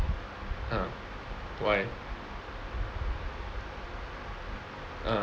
uh why uh